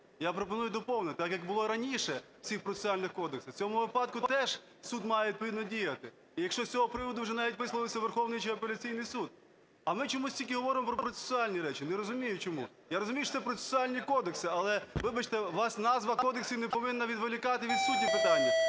Я пропоную доповнити так як було і раніше в цих процесуальних кодексах. В цьому випадку теж суд має відповідно діяти, і якщо з цього приводу вже навіть висловився Верховний чи апеляційний суд. А ми чомусь тільки говоримо про процесуальні речі. Не розумію, чому. Я розумію, що це процесуальні кодекси, але, вибачте, власне, назва кодексів не повинна відволікати від суті питання